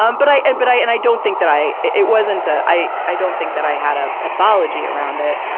um but, i, and but i, and i don't think that i, it wasn't a, i, i don't think that i had a pathology around it.